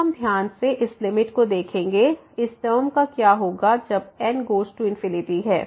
तो हम ध्यान से इस लिमिट को देखेंगे इस टर्म का क्या होगा जब n गोज़ टू है